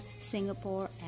Singapore